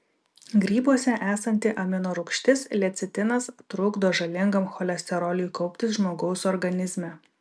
grybuose esanti amino rūgštis lecitinas trukdo žalingam cholesteroliui kauptis žmogaus organizme